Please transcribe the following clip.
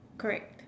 correct